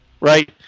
right